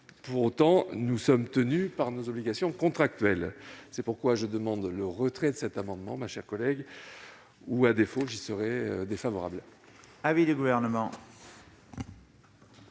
Pour autant, nous sommes tenus par nos obligations contractuelles. C'est pourquoi je demande le retrait de cet amendement. À défaut, j'y serai défavorable.